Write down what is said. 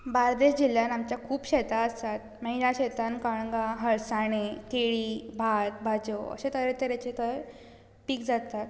बार्देस जिल्ल्यांत आमच्या खूब शेतां आसात मागीर ह्या शेतांत कणंगां अळसांदे केळीं भात भाज्जो अशें तरेतरेचें थंय पीक जाता